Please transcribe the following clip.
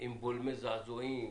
עם בולמי זעזועים,